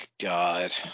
God